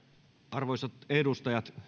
arvoisat edustajat